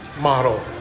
model